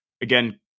Again